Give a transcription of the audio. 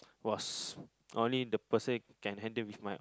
was only the person can handle with my